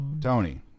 Tony